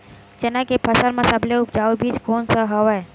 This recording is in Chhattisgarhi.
चना के फसल म सबले उपजाऊ बीज कोन स हवय?